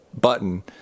button